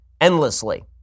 endlessly